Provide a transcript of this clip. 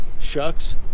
Shucks